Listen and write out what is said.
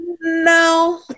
No